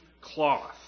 cloth